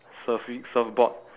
surfi~ surfboard